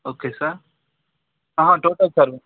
okay sir total sir